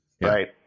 right